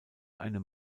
einem